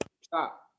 Stop